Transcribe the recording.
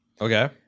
okay